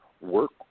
work